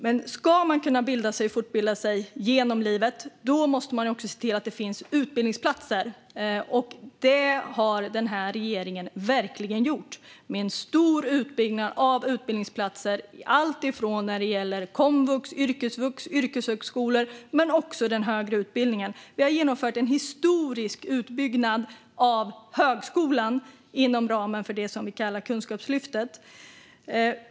Men om man ska kunna bilda sig och fortbilda sig genom livet måste vi också se till att det finns utbildningsplatser, och det har den här regeringen verkligen gjort. Det är en stor utbyggnad av utbildningsplatser, alltifrån komvux, yrkesvux och yrkeshögskolor till den högre utbildningen. Vi har genomfört en historisk utbyggnad av högskolan inom ramen för det vi kallar Kunskapslyftet.